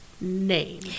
name